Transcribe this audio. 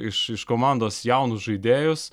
iš iš komandos jaunus žaidėjus